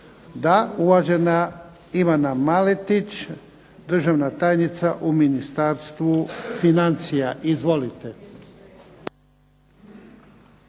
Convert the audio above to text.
Da. Uvažena Ivana Maletić, državna tajnica u Ministarstvu financija. Izvolite.